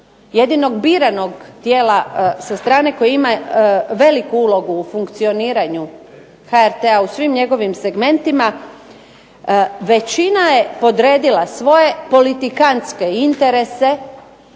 jedinog biranog tijela sa strane koje ima veliku ulogu u funkcioniranju HRT-a u svim njegovim segmentima, većina je podredila svoje politikantske interese